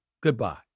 Goodbye